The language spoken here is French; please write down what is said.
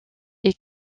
est